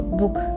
book